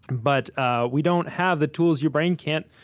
and but ah we don't have the tools your brain can't